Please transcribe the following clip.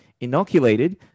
inoculated